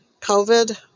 covid